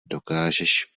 dokážeš